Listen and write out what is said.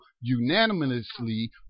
unanimously